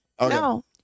No